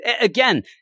again